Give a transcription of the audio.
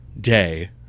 day